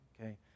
okay